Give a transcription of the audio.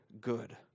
good